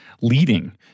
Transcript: leading